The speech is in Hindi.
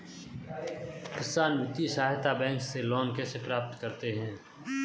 किसान वित्तीय सहायता बैंक से लोंन कैसे प्राप्त करते हैं?